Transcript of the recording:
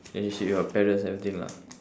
relationship with your parents everything lah